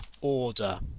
order